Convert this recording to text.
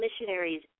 missionaries